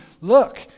look